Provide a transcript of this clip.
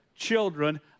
children